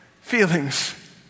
feelings